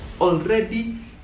already